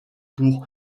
pour